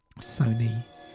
Sony